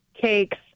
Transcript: cakes